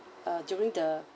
uh during the